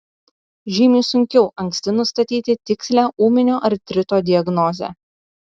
žymiai sunkiau anksti nustatyti tikslią ūminio artrito diagnozę